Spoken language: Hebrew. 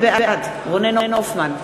בעד רונן הופמן,